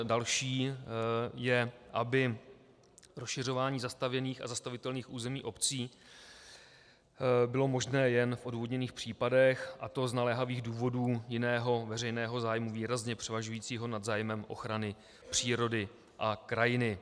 Další je, aby rozšiřování zastavěných a zastavitelných území obcí bylo možné jen v odůvodněných případech, a to z naléhavých důvodů jiného veřejného zájmu výrazně převažujícího nad zájmem ochrany přírody a krajiny.